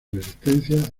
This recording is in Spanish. resistencia